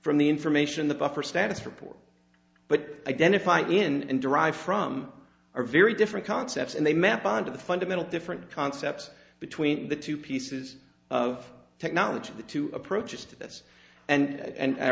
from the information the buffer status report but identify in and derive from are very different concepts and they map onto the fundamental different concepts between the two pieces of technology the two approaches